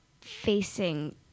facing